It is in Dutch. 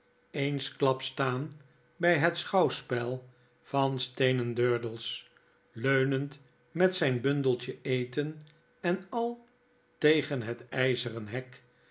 eensklaps staan bjj het schouwspel van steenen durdels leunend met bundeltje eten en al tegen het ijzeren hek